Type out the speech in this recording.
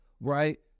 right